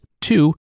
two